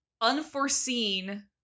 unforeseen